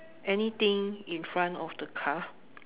anything in front of the car